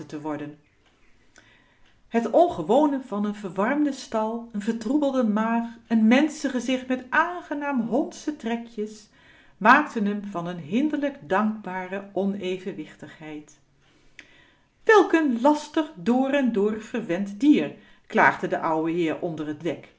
worden het ongewone van n verwarmde stal n vertroebelde maag n mensche gezicht met aangenaam hndsche trekjes maakten m van een hinderlijk dankbare onevenwichtigheid welk n lastig door en door verwend dier klaagde de ouwe heer onder t dek